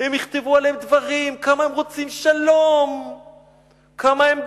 הם יכתבו עליהם דברים: כמה הם רוצים שלום,